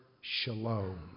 shalom